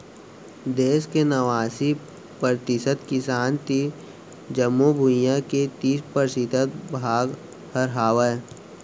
देस के नवासी परतिसत किसान तीर जमो भुइयां के तीस परतिसत भाग हर हावय